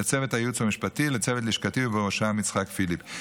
לצוות הייעוץ המשפטי ולצוות לשכתי ובראשו יצחק פיליפ.